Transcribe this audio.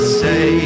say